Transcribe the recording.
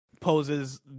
poses